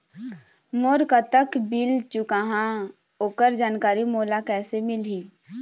मोर कतक बिल चुकाहां ओकर जानकारी मोला कैसे मिलही?